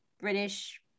British